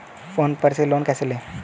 Phone पर से loan कैसे लें?